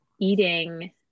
eating